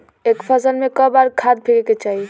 एक फसल में क बार खाद फेके के चाही?